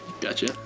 Gotcha